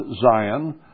Zion